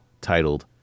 titled